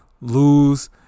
lose